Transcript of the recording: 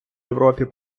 європі